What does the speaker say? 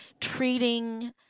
Treating